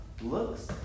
looks